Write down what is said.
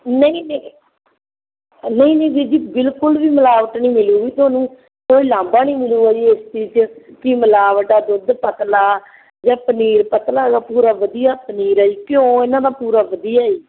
ਨਹੀਂ ਨਹੀਂ ਨਹੀਂ ਨਹੀਂ ਵੀਰ ਜੀ ਬਿਲਕੁਲ ਵੀ ਮਿਲਾਵਟ ਨਹੀਂ ਮਿਲੂੰਗੀ ਤੁਹਾਨੂੰ ਕੋਈ ਉਲਾਂਭਾ ਨਹੀਂ ਮਿਲੂੰਗਾ ਜੀ ਇਸ ਚੀਜ਼ 'ਚ ਕਿ ਮਿਲਾਵਟ ਆ ਦੁੱਧ ਪਤਲਾ ਜਾਂ ਪਨੀਰ ਪਤਲਾ ਪੂਰਾ ਵਧੀਆ ਪਨੀਰ ਹੈ ਜੀ ਘਿਓ ਇਹਨਾਂ ਦਾ ਪੂਰਾ ਵਧੀਆ ਹੈ ਜੀ